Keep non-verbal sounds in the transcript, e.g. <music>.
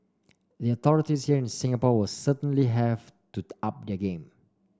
the authorities here in Singapore will certainly have to <unintelligible> up their game